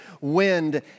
wind